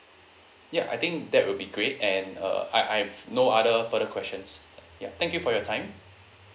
ya I think that will be great and uh I I've no other further questions ya thank you for your time